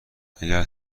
اگر